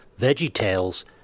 VeggieTales